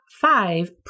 five